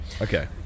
okay